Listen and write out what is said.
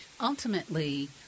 Ultimately